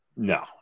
No